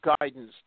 guidance